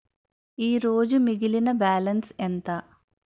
ఈరోజు మిగిలిన బ్యాలెన్స్ ఎంత?